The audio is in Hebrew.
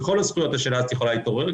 בכל הזכויות השאלה הזאת יכולה להתעורר,